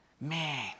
Man